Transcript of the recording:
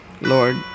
Lord